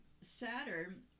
Saturn